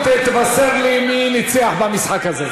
אני אשמח מאוד אם תבשר לי מי ניצח במשחק הזה.